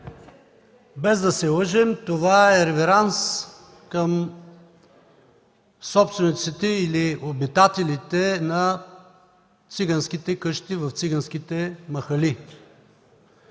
Без да се лъжем, това е реверанс към собствениците или обитателите на циганските къщи в циганските махали